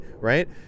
right